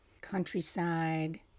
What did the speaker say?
Countryside